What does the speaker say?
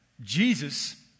Jesus